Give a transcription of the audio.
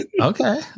Okay